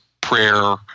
Prayer